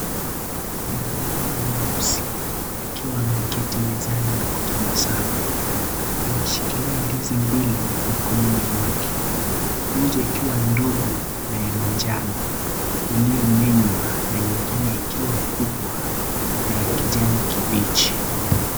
Mwanaume mweusi akiwa ameketi mizani na kutabasamu, anaishikilia ndizi mbili mikononi mwake moja ikiwa ndogo na ya manjano iliyo menywa na nyingine ikiwa kubwa na ya kijani kibichi.